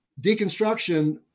deconstruction